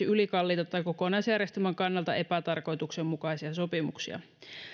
ylikalliita tai kokonaisjärjestelmän kannalta epätarkoituksenmukaisia sopimuksia